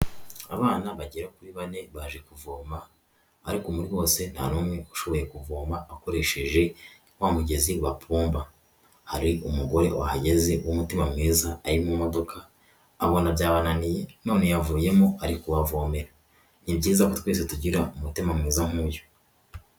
Abana bagera kuri bane baje kuvoma ariko muri bose ntanumwe ushoboye kuvoma akoresheje wa mugezi bapomba. Hari umugore wahageze w'umutima mwiza ari mu modoka abona byabananiye none yavuyemo ari kubavomera, ni byiza ko twese tugira umutima mwiza nk'uyu.